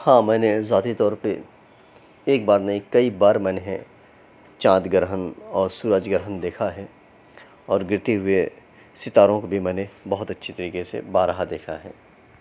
ہاں میں نے ذاتی طور پہ ایک بار نہیں کئی بار میں نے چاند گرہن اور سورج گرہن دیکھا ہے اور گرتے ہوئے ستاروں کو بھی میں نے بہت اچھے طریقے سے بارہا دیکھا ہے